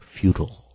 futile